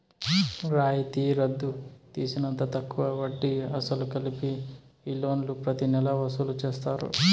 రాయితీ రద్దు తీసేసినంత తక్కువ వడ్డీ, అసలు కలిపి ఈ లోన్లు ప్రతి నెలా వసూలు చేస్తారు